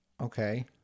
okay